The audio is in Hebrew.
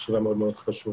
ישיבה מאוד מאוד חשובה.